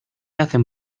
hacen